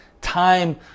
time